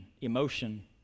emotion